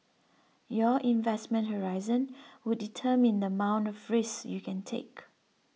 your investment horizon would determine the amount of risks you can take